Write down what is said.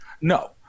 no